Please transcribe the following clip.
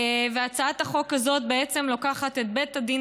הצעת החוק הזאת בעצם לוקחת את בית הדין